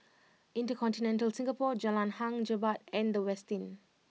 InterContinental Singapore Jalan Hang Jebat and The Westin